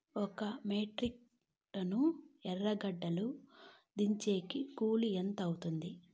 ఒక metric ton ఎర్రగడ్డలు దించేకి కూలి ఎంత అవుతుంది?